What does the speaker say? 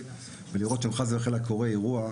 ולוודא שאם חס וחלילה קורה אירוע,